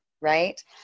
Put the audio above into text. right